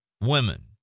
women